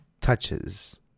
touches